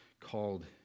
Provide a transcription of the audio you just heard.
called